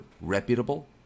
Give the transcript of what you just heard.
reputable